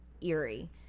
eerie